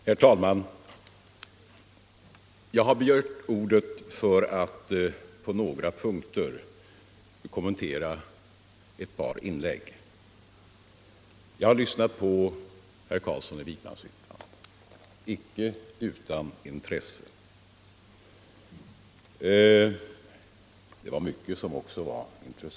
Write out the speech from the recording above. Herr talman! Jag har begärt ordet för att på några punkter kommentera ett par inlägg. Jag har icke utan intresse lyssnat på herr Carlsson i Vikmanshyttan —- det var åtskilligt som skulle kunna ge anledning till kommentarer.